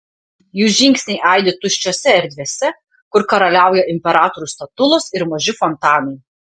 jų žingsniai aidi tuščiose erdvėse kur karaliauja imperatorių statulos ir maži fontanai